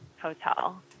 hotel